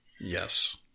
Yes